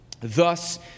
Thus